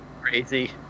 crazy